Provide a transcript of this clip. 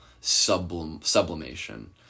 sublimation